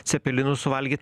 cepelinų suvalgyt